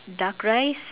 duck rice